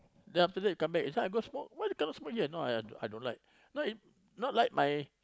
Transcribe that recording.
then after that come back I say I go smoke why you cannot smoke here no I I I don't like not like my